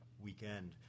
weekend